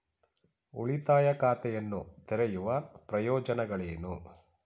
ಉಳಿತಾಯ ಖಾತೆಯನ್ನು ತೆರೆಯುವ ಪ್ರಯೋಜನಗಳೇನು?